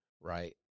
right